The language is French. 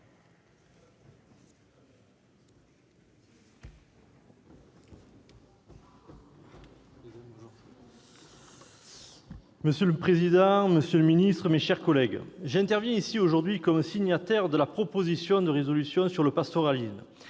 Monsieur le président, monsieur le ministre, mes chers collègues, j'interviens en tant que signataire de la proposition de résolution sur le pastoralisme.